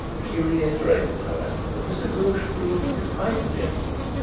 she reiterated, however, that mr. ghoosh proved to be quite the gentleman.